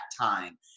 time